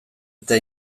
eta